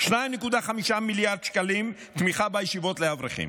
2.5 מיליארד שקלים תמיכה בישיבות לאברכים,